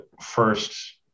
first